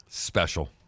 special